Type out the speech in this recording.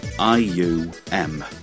I-U-M